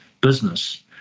business